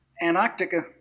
Antarctica